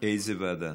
איזו ועדה?